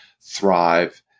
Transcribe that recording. thrive